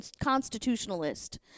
constitutionalist